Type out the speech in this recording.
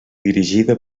dirigida